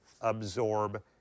absorb